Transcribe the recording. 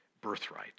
birthright